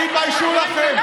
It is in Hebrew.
תתביישו לכם.